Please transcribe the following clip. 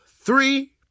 three